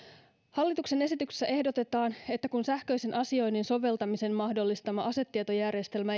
hallituksen esityksessä ehdotetaan että kun sähköisen asioinnin soveltamisen mahdollistama asetietojärjestelmä